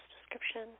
description